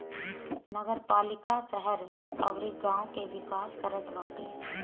नगरपालिका शहर अउरी गांव के विकास करत बाटे